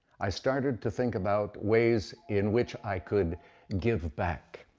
i started to think about ways in which i could give back.